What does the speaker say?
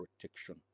protection